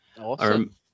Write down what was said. Awesome